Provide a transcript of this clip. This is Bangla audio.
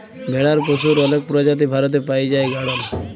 ভেড়ার পশুর অলেক প্রজাতি ভারতে পাই জাই গাড়ল